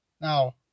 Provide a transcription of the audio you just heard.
Now